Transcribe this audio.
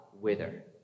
wither